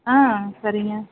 ஆ சரிங்க